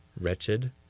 wretched